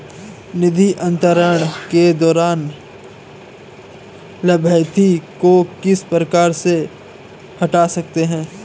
निधि अंतरण के दौरान लाभार्थी को किस प्रकार से हटा सकते हैं?